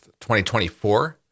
2024